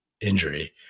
injury